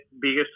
biggest